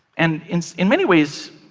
and in in many ways,